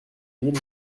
mille